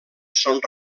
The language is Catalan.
són